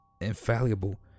infallible